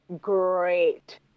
great